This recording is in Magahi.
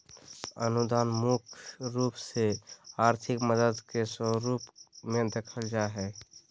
अनुदान मुख्य रूप से आर्थिक मदद के स्वरूप मे देखल जा हय